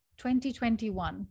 2021